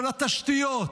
של התשתיות,